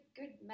good